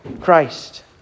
Christ